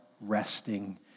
resting